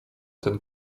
ten